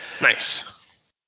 Nice